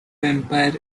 vampire